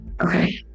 okay